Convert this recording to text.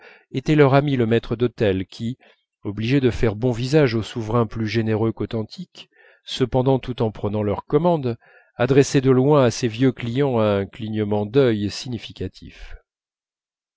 était leur ami le maître d'hôtel qui obligé de faire bon visage aux souverains plus généreux qu'authentiques cependant tout en prenant leur commande adressait de loin à ses vieux clients un clignement d'œil significatif